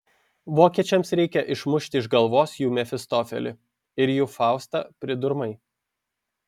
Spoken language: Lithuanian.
vokiečiams reikia išmušti iš galvos jų mefistofelį ir jų faustą pridurmai